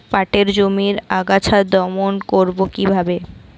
পাটের জমির আগাছা দমন করবো কিভাবে?